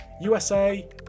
USA